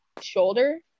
shoulder